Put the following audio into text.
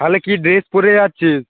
তাহলে কী ড্রেস পরে যাচ্ছিস